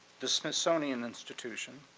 the smithsonian institution,